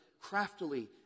craftily